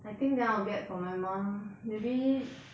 I think then I'll get for my mum maybe